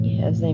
Yes